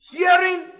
Hearing